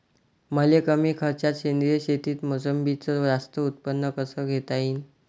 मले कमी खर्चात सेंद्रीय शेतीत मोसंबीचं जास्त उत्पन्न कस घेता येईन?